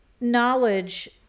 knowledge